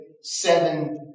seven